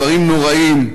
דברים נוראים,